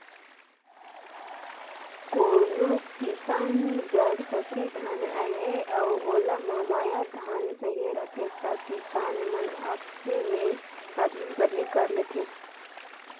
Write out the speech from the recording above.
कोनो किसान जग सफरी धान अहे अउ ओला महमाया धान चहिए रहथे त किसान मन आपसे में अदली बदली कर लेथे